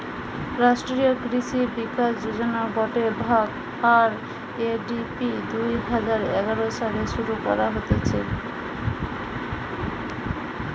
রাষ্ট্রীয় কৃষি বিকাশ যোজনার গটে ভাগ, আর.এ.ডি.পি দুই হাজার এগারো সালে শুরু করা হতিছে